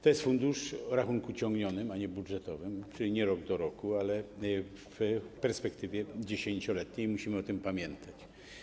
To jest fundusz o rachunku ciągnionym, a nie budżetowym, czyli nie rok do roku, ale w perspektywie 10-letniej, i musimy o tym pamiętać.